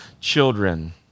children